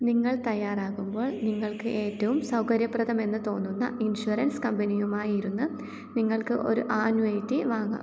നിങ്ങൾ തയ്യാറാകുമ്പോൾ നിങ്ങൾക്ക് ഏറ്റവും സൗകര്യപ്രദമെന്ന് തോന്നുന്ന ഇൻഷുറൻസ് കമ്പനിയുമായി ഇരുന്ന് നിങ്ങൾക്ക് ഒരു ആന്വിറ്റി വാങ്ങാം